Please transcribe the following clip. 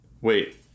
Wait